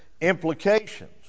implications